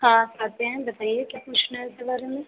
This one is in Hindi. हाँ करते हैं बताइए क्या पूछना है उसके बारे में